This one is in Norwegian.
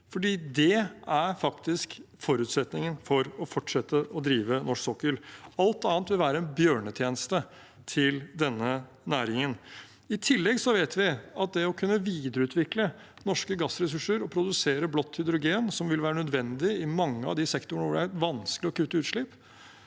for det er faktisk forutsetningen for å fortsette å drive norsk sokkel. Alt annet vil være en bjørnetjeneste for denne næringen. I tillegg vet vi at i det å kunne videreutvikle norske gassressurser og produsere blått hydrogen, som vil være nødvendig i mange av de sektorene hvor det er vanskelig å kutte utslipp,